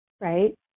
Right